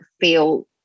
feel